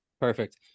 Perfect